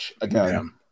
again